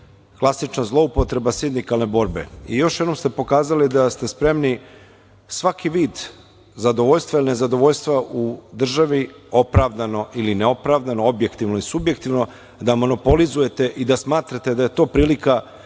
klasična zloupotreba sindikalne borbe. Još jednom ste pokazali da ste spremni svaki vid zadovoljstva ili nezadovoljstva u državi opravdano ili neopravdano, objektivno i subjektivno, da monopolizujete i da smatrate da je to prilika